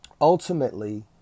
ultimately